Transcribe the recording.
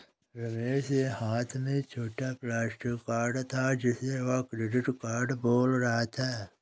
रमेश के हाथ में छोटा प्लास्टिक कार्ड था जिसे वह क्रेडिट कार्ड बोल रहा था